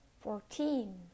fourteen